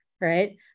Right